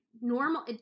normal